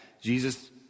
Jesus